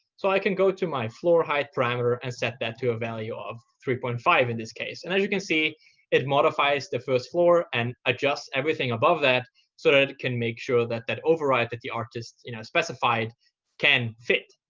so i can go to my floor height parameter and set that to a value of three point five, in this case. and you can see it modifies the first floor and adjusts everything above that so sort of it can make sure that that override that the artist you know specified can fit.